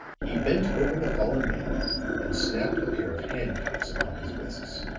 he bent over the fallen man and snapped a pair of handcuffs upon his wrists.